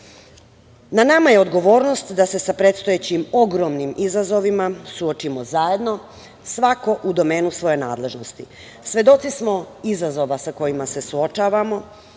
nama je odgovornost da se sa predstojećim ogromnim izazovima suočimo zajedno, svako u domenu svoje nadležnosti. Svedoci smo izazova sa kojima se suočavamo,